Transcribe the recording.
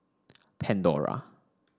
Pandora